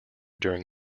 during